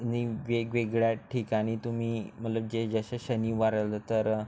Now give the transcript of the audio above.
आणि वेगवेगळ्या ठिकाणी तुम्ही मलं जे जसं शनिवार आलं तर